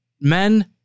men